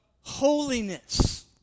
holiness